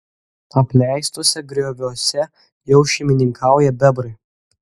apleistuose grioviuose jau šeimininkauja bebrai